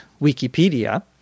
Wikipedia